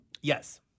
Yes